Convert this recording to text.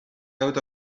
out